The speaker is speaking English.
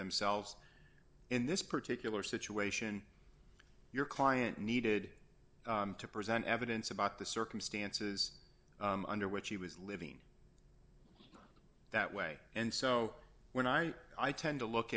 themselves in this particular situation your client needed to present evidence about the circumstances under which he was living that way and so when i i tend to look